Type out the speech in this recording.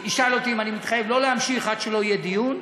ישאל אותי אם אני מתחייב לא להמשיך עד שיהיה דיון,